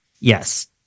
Yes